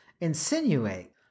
insinuate